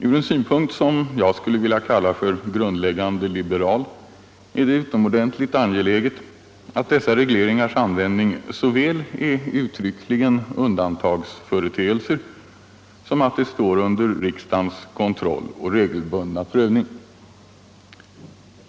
Ur en synpunkt som jag skulle vilja kalla för grundläggande liberal är det utomordentligt angeläget att dessa regleringars användning såväl är uttryckligen undantagsföreteelser som att de står under riksdagens kontroll och regelbundna prövning.